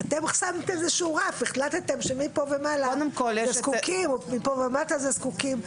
אתם שמתם איזה רף והחלטתם שמפה ומעלה זה זקוקים ומפה ומטה זה זקוקים.